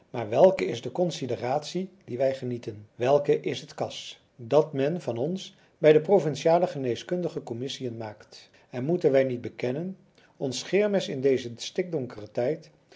maar welke is de consideratie die wij genieten welk is het cas dat men van ons bij de provinciale geneeskundige commissiën maakt en moeten wij niet bekennen ons scheermes in dezen stikdonkeren tijd